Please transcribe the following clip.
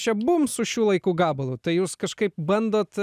čia bum su šių laikų gabalu tai jūs kažkaip bandot